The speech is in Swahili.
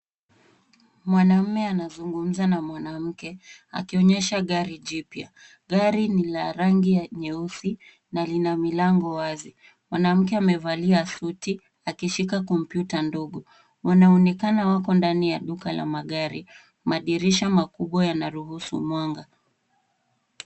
Mwanaume anazungumza na mwanamke akionyesha gari jipya. Gari ni la rangi nyeusi na lina milango wazi. Mwanamke amevalia suti akishika kompyuta ndogo. Wanaonekana wako ndani ya duka la magari. Madirisha makubwa yanaruhusu mwanga.